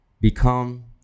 become